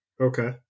okay